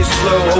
slow